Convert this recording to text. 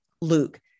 Luke